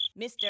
Mr